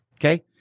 Okay